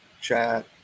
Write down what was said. chat